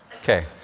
Okay